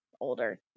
older